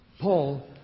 Paul